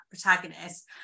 protagonist